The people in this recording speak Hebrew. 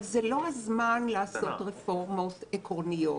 אבל זה לא הזמן לעשות רפורמות עקרוניות.